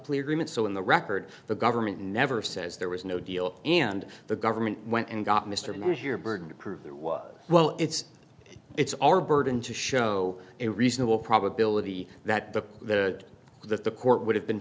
plea agreement so in the record the government never says there was no deal and the government went and got mr lewis your burden to prove there was well it's it's our burden to show a reasonable probability that the that that the court would have been